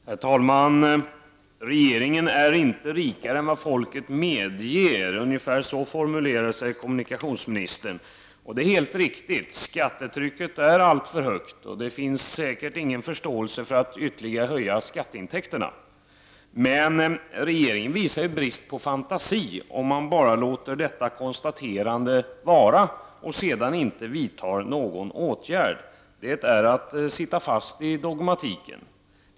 Herr talman! Regeringen är inte rikare än vad folket medger, ungefär så formulerade sig kommunikationsministern. Detta är helt riktigt. Skattetrycket är alltför högt, och det finns säkert ingen förståelse för att ytterligare höja skatteintäkterna. Men regeringen visar brist på fantasi om den bara låter detta konstaterande vara och sedan inte vidtar någon åtgärd. Det är att sitta fast i dogmatiken.